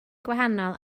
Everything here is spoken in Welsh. gwahanol